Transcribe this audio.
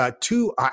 two